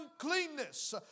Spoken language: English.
uncleanness